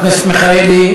חבר הכנסת מיכאלי,